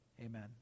Amen